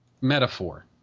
metaphor